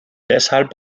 deshalb